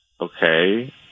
Okay